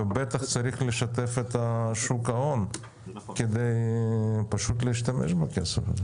ובטח צריך לשתף את שוק ההון כדי להשתמש בכסף הזה.